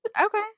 okay